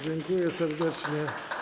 Dziękuję serdecznie.